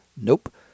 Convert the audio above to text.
Nope